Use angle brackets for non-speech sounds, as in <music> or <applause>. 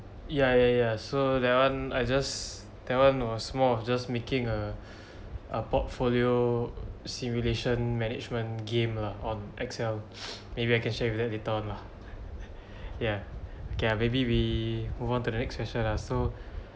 ya ya ya so that one I just that one was small it's just making a <breath> a portfolio simulation management game lah on excel <breath> maybe I can share with that later on lah ya okay maybe we move on to the next question lah so